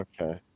okay